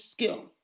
skill